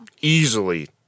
easily